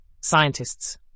Scientists